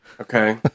Okay